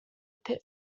pitt